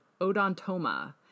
odontoma